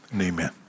amen